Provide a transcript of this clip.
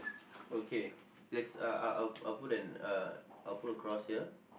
okay let's uh I'll I'll put an uh I'll put a cross here